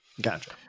Gotcha